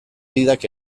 gidak